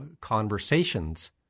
conversations